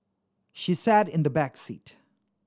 she sat in the back seat